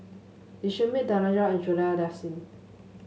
Lee Shermay Danaraj and Juliana Yasin